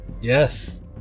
Yes